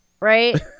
right